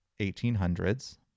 1800s